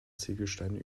ziegelsteine